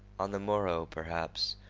on the morrow, perhaps,